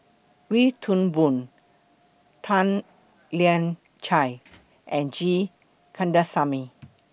Wee Toon Boon Tan Lian Chye and G Kandasamy